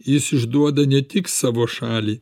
jis išduoda ne tik savo šalį